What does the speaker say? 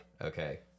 Okay